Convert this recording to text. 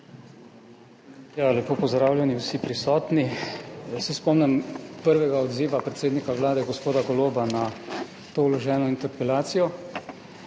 Lepo pozdravljeni vsi prisotni! Jaz se spomnim prvega odziva predsednika Vlade gospoda Goloba na to vloženo interpelacijo.